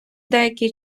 деякий